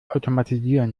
automatisieren